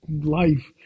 life